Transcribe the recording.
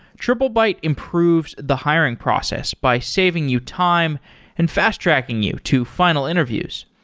triplebyte improves the hiring process by saving you time and fast-tracking you to final interviews.